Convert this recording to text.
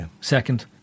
second